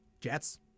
Jets